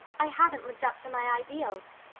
i haven't lived up to my ideals.